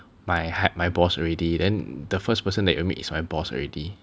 my h~ my boss already then the first person you will meet is my boss already